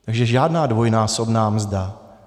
Takže žádná dvojnásobná mzda.